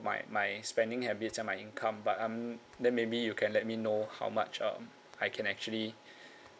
my my spending habits and my income but I'm then maybe you can let me know how much um I can actually